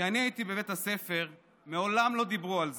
כשאני הייתי בבית הספר מעולם לא דיברו על זה,